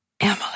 Emily